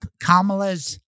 Kamala's